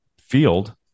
Field